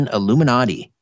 Illuminati